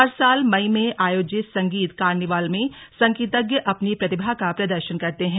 हर साल मई में आयोजित संगीत कार्निवाल में संगीतज्ञ अपनी प्रतिभा का प्रदर्शन करते हैं